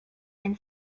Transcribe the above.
and